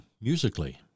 musically